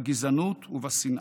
בגזענות ובשנאה.